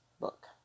book